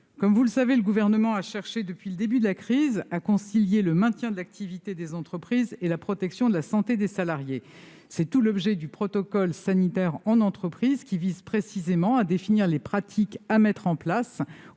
de la crise, le Gouvernement cherche à concilier le maintien de l'activité des entreprises et la protection de la santé des salariés. C'est tout l'objet du protocole sanitaire en entreprise, qui vise précisément à définir les pratiques à mettre en place